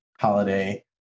holiday